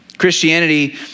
Christianity